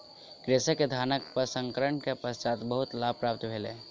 कृषक के धानक प्रसंस्करण के पश्चात बहुत लाभ प्राप्त भेलै